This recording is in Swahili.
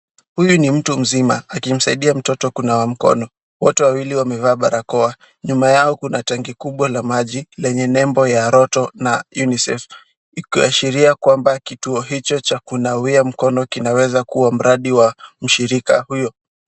Huyu ni mtu mzima, akimsaidia mtoto kunawa mkono. Wote wawili wamevaa barakoa, nyumba yao kuna tanki kubwa la maji lenye nembo ya roto na UNICEF. Iko ya sheria kwamba kituo hicho cha kunawia mkono kinaweza kuwa mradi wa ushirika huyu.